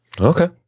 Okay